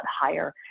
higher